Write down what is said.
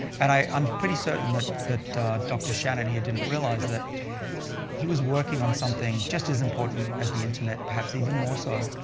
and i'm pretty certain that that dr. shannon here didn't realize that he was working on something just as important as the internet, perhaps even more so,